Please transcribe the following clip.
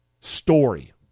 Story